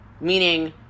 meaning